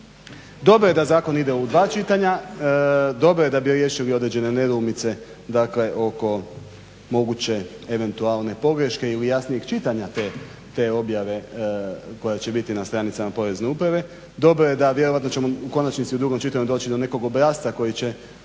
Dobro je da zakon ide u dva čitanja, dobro je da bi riješili određene nedoumice dakle oko moguće eventualne pogreške ili jasnijeg čitanje te objave koja će biti na stranicama Porezne uprave. Dobro je da, vjerojatno ćemo u konačnici u drugom čitanju, doći do nekog obrasca koji će